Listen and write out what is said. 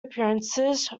appearances